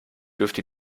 dürfte